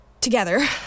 Together